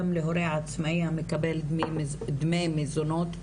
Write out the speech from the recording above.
גם להורה עצמאי המקבל דמי מזונות,